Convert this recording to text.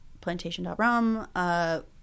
plantation.rum